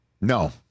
No